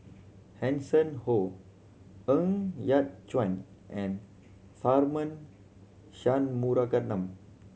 Hanson Ho Ng Yat Chuan and Tharman Shanmugaratnam